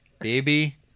baby